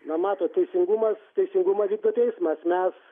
na matot teisingumas teisingumą vykdo teismas mes